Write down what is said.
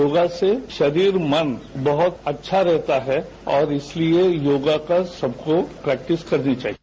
योगा से शरीर मन बहुत अच्छा रहता है और इसलिए योगा का सबको प्रेक्टिस करनी चाहिए